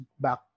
back